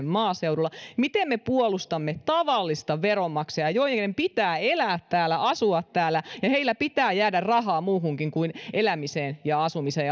maaseudulla miten me puolustamme tavallisia veronmaksajia joiden pitää elää täällä asua täällä ja joilla pitää jäädä rahaa muuhunkin kuin elämiseen ja asumiseen